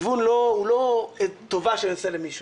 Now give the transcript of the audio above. הגיוון הוא לא טובה שאני עושה למישהו.